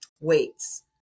weights